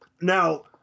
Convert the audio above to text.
now